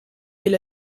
est